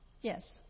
Yes